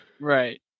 right